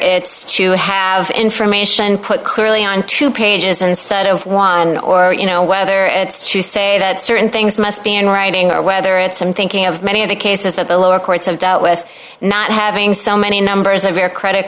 it's to have information put clearly on two pages instead of one or you know whether it's to say that certain things must be in writing or whether it's i'm thinking of many of the cases that the lower courts have dealt with not having so many numbers of our credit